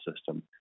system